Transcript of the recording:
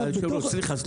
היושב-ראש, סליחה.